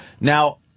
Now